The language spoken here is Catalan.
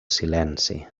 silenci